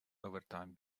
overtime